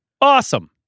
awesome